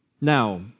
Now